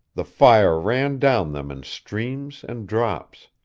the fire ran down them in streams and drops.